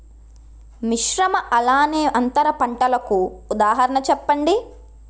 మిశ్రమ అలానే అంతర పంటలకు ఉదాహరణ చెప్పండి?